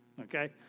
Okay